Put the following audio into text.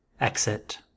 exit